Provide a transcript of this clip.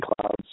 clouds